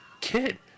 kid